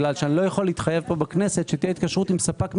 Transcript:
אני לא יכול להתחייב פה בכנסת שתהיה התקשרות עם ספק מסוים.